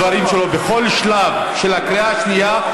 הדברים שלו: "בכל שלב של הקריאה השנייה,